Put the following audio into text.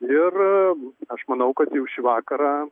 ir aš manau kad jau šį vakarą